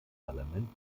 parlament